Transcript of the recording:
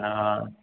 हा